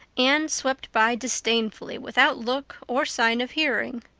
anne swept by disdainfully, without look or sign of hearing.